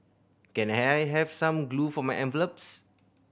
can I have some glue for my envelopes